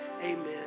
Amen